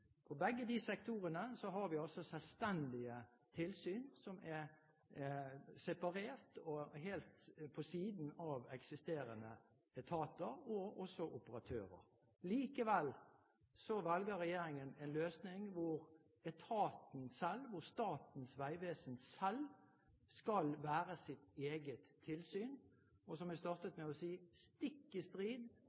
For begge de sektorene har vi selvstendige tilsyn som er separert og helt på siden av eksisterende etater og også operatører. Likevel velger regjeringen en løsning hvor etaten selv, Statens vegvesen, skal være sitt eget tilsyn, og, som jeg startet med å si, stikk i strid